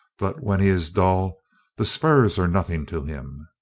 but when he is dull the spurs are nothing to him.